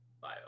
bio